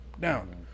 Down